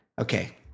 Okay